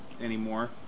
anymore